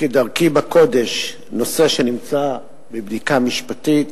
וכדרכי בקודש, נושא שנמצא בבדיקה משפטית